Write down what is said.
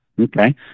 Okay